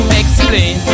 explain